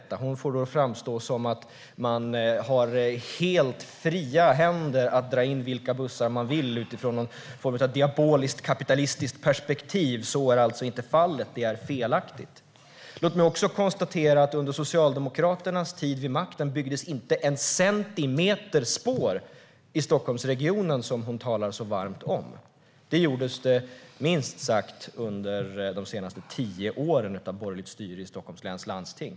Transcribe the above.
Teres Lindberg får det att framstå som att man har helt fria händer att dra in vilka bussar man vill utifrån någon form av diaboliskt kapitalistiskt perspektiv. Så är alltså inte fallet. Det är fel. Låt mig också konstatera att det under Socialdemokraternas tid vid makten inte byggdes en centimeter spår i Stockholmsregionen, som hon talar så varmt om. Det gjordes det minst sagt under de senaste tio åren av borgerligt styre i Stockholms läns landsting.